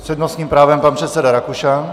S přednostním právem pan předseda Rakušan.